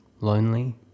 lonely